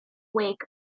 wake